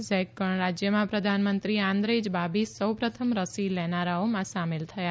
Zack ગણરાજયમાં પ્રધાનમંત્રી Andrej Babis સૌ પ્રથમ રસી લેનારાઓમાં સામેલ થયા